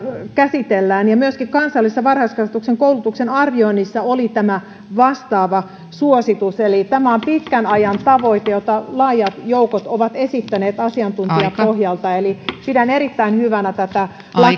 käsitellään ja myöskin kansallisessa varhaiskasvatuksen koulutuksen arvioinnissa oli tämä vastaava suositus eli tämä on pitkän ajan tavoite jota laajat joukot ovat esittäneet asiantuntijapohjalta eli pidän erittäin hyvänä tätä